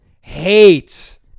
hates